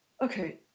okay